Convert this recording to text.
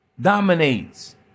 Dominates